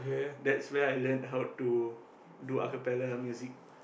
that's where I learnt how to do acapella music